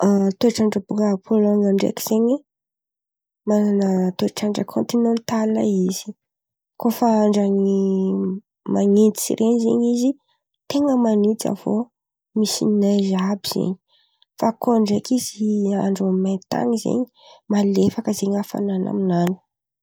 A toetrandra bôka Pôlonina ndraiky zen̈y, manana toetrandra kôntinantala izy. Koa fa andran’ny man̈intsy ren̈y zen̈y izy ten̈a man̈intsy avô misy neizy àby zen̈y. Fa koa ndraiky izy andron’ny mai-tan̈y zen̈y, malefaka zen̈y hafanana aminan̈y.